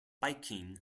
biking